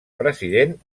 president